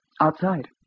Outside